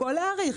או להאריך.